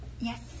Yes